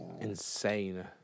Insane